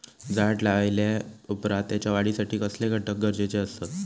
झाड लायल्या ओप्रात त्याच्या वाढीसाठी कसले घटक गरजेचे असत?